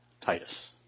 Titus